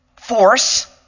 force